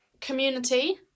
community